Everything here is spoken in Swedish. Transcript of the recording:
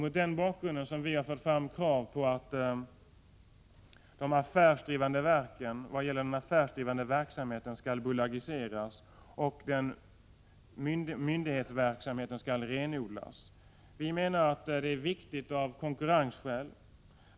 Mot den bakgrunden har vi fört fram krav på att de affärsdrivande verken skall, i vad gäller den affärsdrivande verksamheten, bolagiseras och att myndighetsverksamheten skall renodlas. Detta är viktigt av konkurrensskäl.